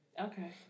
Okay